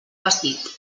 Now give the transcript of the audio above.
vestit